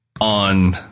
on